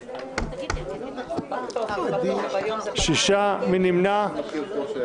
נגד, 6 נמנעים,